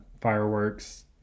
fireworks